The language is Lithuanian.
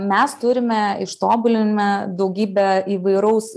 mes turime ištobulinę daugybę įvairaus